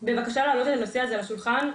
בבקשה להעלות את הנושא הזה על השולחן,